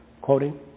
quoting